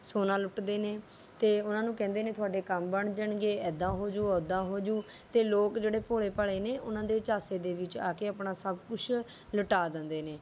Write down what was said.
ਸੋਨਾ ਲੁੱਟਦੇ ਨੇ ਅਤੇ ਉਹਨਾਂ ਨੂੰ ਕਹਿੰਦੇ ਨੇ ਤੁਹਾਡੇ ਕੰਮ ਬਣ ਜਾਣਗੇ ਇੱਦਾਂ ਹੋ ਜਾਉ ਉੱਦਾਂ ਹੋ ਜਾਉ ਅਤੇ ਲੋਕ ਜਿਹੜੇ ਭੋਲੇ ਭਾਲੇ ਨੇ ਉਹਨਾਂ ਦੇ ਝਾਂਸੇ ਦੇ ਵਿੱਚ ਆ ਕੇ ਆਪਣਾ ਸਭ ਕੁਛ ਲੁਟਾ ਦਿੰਦੇ ਨੇ